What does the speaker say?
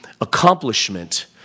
accomplishment